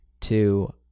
two